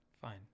Fine